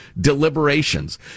deliberations